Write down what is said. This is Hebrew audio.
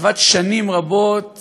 עבד שנים רבות